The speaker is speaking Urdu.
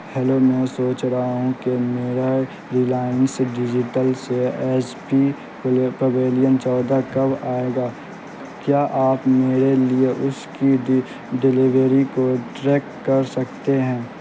ہیلو میں سوچ رہا ہوں کہ میرا ریلائنس ڈیجیٹل سے ایس پی پویلین چودہ کب آئے گا کیا آپ میرے لیے اس کی ڈی ڈلیوری کو ٹریک کر سکتے ہیں